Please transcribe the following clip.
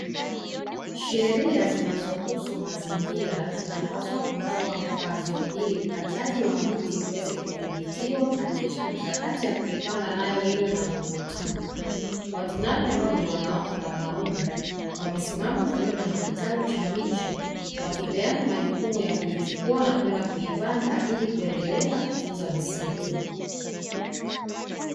Sheria zinazohusu mazingira zinapaswa kuwekewa mkazo, ili ukataji wa miti uweze kudhibitiwa na kisha mikakati ya kuipanda nayo iwe madhubuti, watu nane ambao ni wanawake na wanaume wamesimama karibu na kitalu cha miche, wakipeana majukumu ya kuichukua na kwenda kuipanda ili kuendelea kutunza misitu.